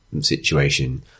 situation